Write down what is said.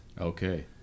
Okay